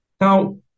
now